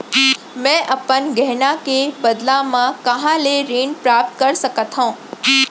मै अपन गहना के बदला मा कहाँ ले ऋण प्राप्त कर सकत हव?